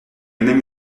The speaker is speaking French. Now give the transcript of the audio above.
même